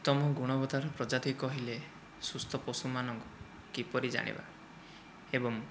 ଉତ୍ତମ ଗୁଣବତ୍ତାର ପ୍ରଜାତି କହିଲେ ସୁସ୍ଥ ପଶୁମାନଙ୍କୁ କିପରି ଜାଣିବା ଏବଂ